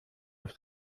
auf